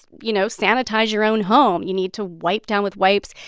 you know, sanitize your own home. you need to wipe down with wipes.